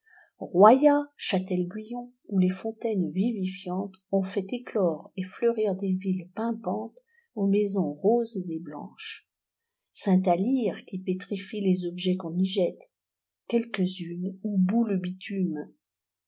royat châtel guyon où les fontaines vivifiantes ont fait éclore et fleurir des villes pimpantes aux maisons roses et blanches saint allyre qui pétrifie les objets qu'on y jette quelques-unes où bout le bitume